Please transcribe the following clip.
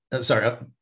sorry